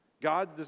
God